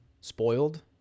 spoiled